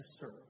serve